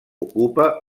ocupa